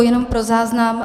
Jenom pro záznam.